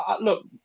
look